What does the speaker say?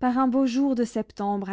par un beau jour de septembre